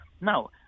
Now